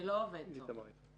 זה לא עובד טוב.